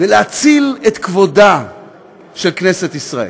ולהציל את כבודה של כנסת ישראל.